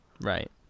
right